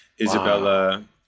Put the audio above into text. Isabella